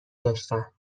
داشتند